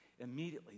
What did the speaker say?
Immediately